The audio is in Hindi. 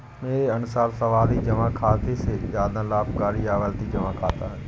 मेरे अनुसार सावधि जमा खाते से ज्यादा लाभप्रद आवर्ती जमा खाता है